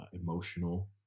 emotional